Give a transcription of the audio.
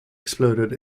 exploded